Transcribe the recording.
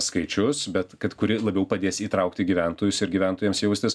skaičius bet kad kuri labiau padės įtraukti gyventojus ir gyventojams jaustis